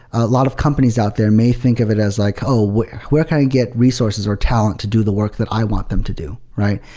a lot of companies out there may think of it as like, oh, where where can i get resources, or talent to do the work that i want them to do, right?